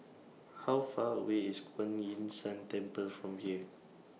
How Far away IS Kuan Yin San Temple from here